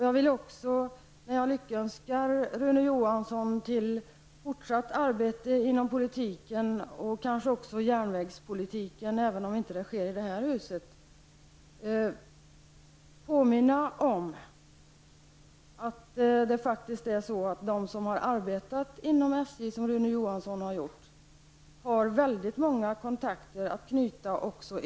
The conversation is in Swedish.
Jag vill också när jag lyckönskar Rune Johansson till fortsatt arbete inom politiken och kanske också järnvägspolitiken, även om det inte blir i det här huset, påminna om att det faktiskt är så att de som liksom Rune Johansson har arbetat inom SJ har möjlighet att också i dag knyta många kontakter.